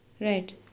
Right